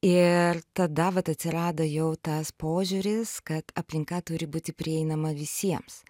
ir tada vat atsirado jau tas požiūris kad aplinka turi būti prieinama visiems